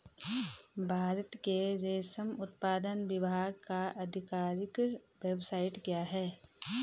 भारत के रेशम उत्पादन विभाग का आधिकारिक वेबसाइट क्या है?